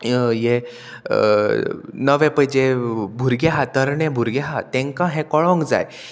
हे नवे पय जे भुरगे आहा तरणें भुरगें आहा तेंकां हें कळोंक जाय